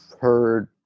heard